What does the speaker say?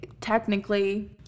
technically